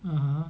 (uh huh)